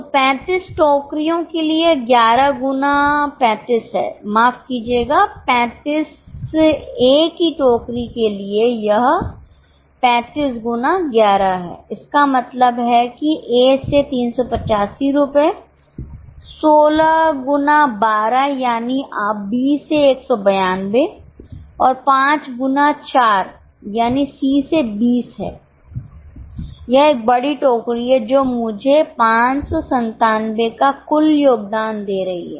तो 35 टोकरीयों के लिए यह 11 गुना 35 है माफ कीजिएगा 35 a's की 1 टोकरी के लिए यह 35 गुना 11 है इसका मतलब है कि A से 385 रुपये 16 गुना 12 यानी B से 192 और 5 गुना 4 यानी C से 20 है यह एक बड़ी टोकरी है जो मुझे 597 का कुल योगदान दे रही है